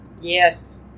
yes